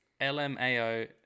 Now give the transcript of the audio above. LMAO